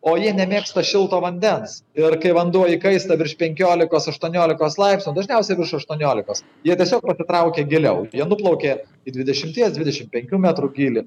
o jie nemėgsta šilto vandens ir kai vanduo įkaista virš penkiolikos aštuoniolikos laipsnių dažniausiai virš aštuoniolikos jie tiesiog pasitraukia giliau jie nuplaukia į dvidešimties dvidešimt penkių metrų gylį